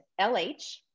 LH